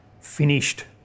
finished